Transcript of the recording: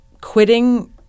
quitting